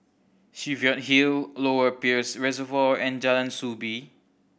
Cheviot Hill Lower Peirce Reservoir and Jalan Soo Bee